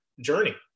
journey